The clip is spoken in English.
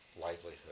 livelihood